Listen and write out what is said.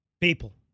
People